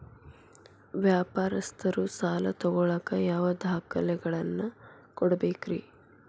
ವ್ಯಾಪಾರಸ್ಥರು ಸಾಲ ತಗೋಳಾಕ್ ಯಾವ ದಾಖಲೆಗಳನ್ನ ಕೊಡಬೇಕ್ರಿ?